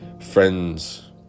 friends